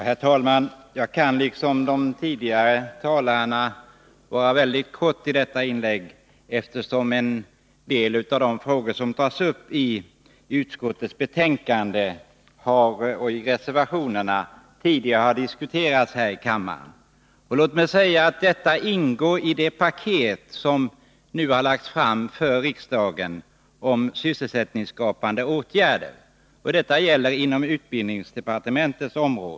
Herr talman! Liksom de tidigare talarna kan jag fatta mig väldigt kort i detta inlägg, eftersom en del av de frågor som tas upp i utskottets betänkande och i reservationerna har diskuterats tidigare här i kammaren. De förslag som berör utbildningsdepartementets område ingår i det paket med sysselsättningsskapande åtgärder som nu har lagts fram för riksdagen.